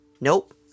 Nope